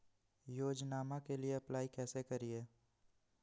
योजनामा के लिए अप्लाई कैसे करिए?